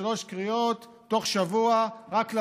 בשלוש קריאות, תוך שבוע, רק להעביר.